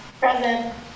Present